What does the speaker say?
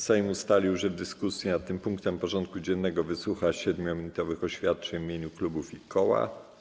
Sejm ustalił, że w dyskusji nad tym punktem porządku dziennego wysłucha 7-minutowych oświadczeń w imieniu klubów i koła.